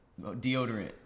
deodorant